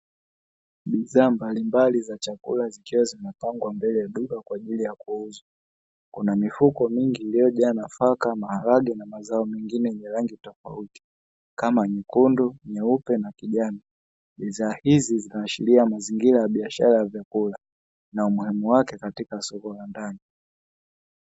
Bidhaa mbalimbali za chakula zikiwa zimepangwa mbele ya duka kwa ajili ya kuuzwa, kuna mifuko mingi iliyojaa nafaka maharage na mazao mengine yenye rangi tofauti kama nyekundu, nyeupe na kijani. Bidhaa hizi zinaashiria mazingira ya biashara ya vyakula na umuhimu wake katika soko la ndani.